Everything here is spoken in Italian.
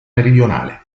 meridionale